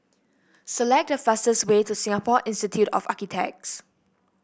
select the fastest way to Singapore Institute of Architects